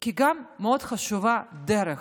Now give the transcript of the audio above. כי מאוד חשובה גם הדרך,